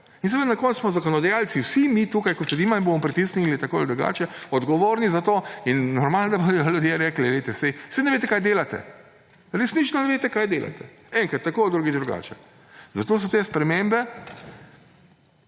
In na koncu smo zakonodajalci vsi mi tukaj, ki sedimo in bomo pritisnili tako ali drugače, odgovorni za to. In normalno, da bodo ljudje rekli – glejte, saj ne veste, kaj delate, resnično ne veste, kaj delate, enkrat tako, drugič drugače. Zato so te spremembe